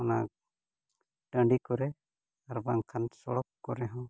ᱚᱱᱟ ᱴᱟᱺᱰᱤ ᱠᱚᱨᱮ ᱟᱨ ᱵᱟᱝᱠᱷᱟᱱ ᱥᱚᱲᱚᱠ ᱠᱚᱨᱮ ᱦᱚᱸ